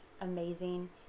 amazing